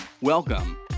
Welcome